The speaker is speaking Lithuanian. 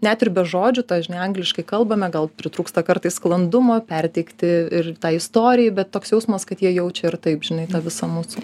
net ir be žodžių tą žinai angliškai kalbame gal pritrūksta kartais sklandumo perteikti ir tą istoriją bet toks jausmas kad jie jaučia ir taip žinai tą visą mūsų